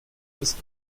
ist